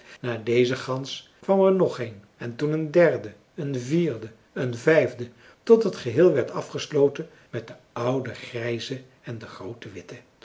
na deze gans kwam er nog een en toen een derde een vierde een vijfde tot het geheel werd afgesloten met de oude grijze en de groote witte